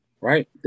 right